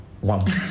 one